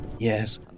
Yes